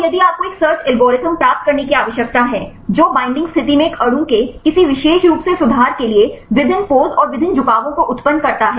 तो यदि आपको एक सर्च एल्गोरिथ्म प्राप्त करने की आवश्यकता है जो बॉन्डिंग स्थिति में एक अणु के किसी विशेष रूप से सुधार के लिए विभिन्न पोज़ और विभिन्न झुकावों को उत्पन्न करता है